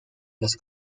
los